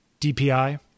DPI